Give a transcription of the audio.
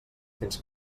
fins